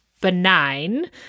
benign